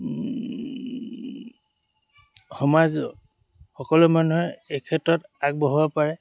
সমাজ সকলো মানুহে এই ক্ষেত্ৰত আগবঢ়োৱাব পাৰে